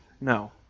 No